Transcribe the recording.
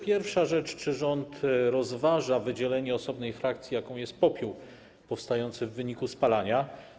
Pierwsza rzecz: Czy rząd rozważa wydzielenie osobnej frakcji, jaką jest popiół powstający w wyniku spalania?